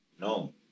No